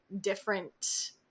different